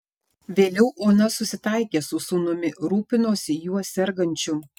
vėliau ona susitaikė su sūnumi rūpinosi juo sergančiu